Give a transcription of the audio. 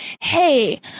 hey